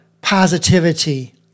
positivity